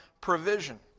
provision